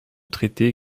traité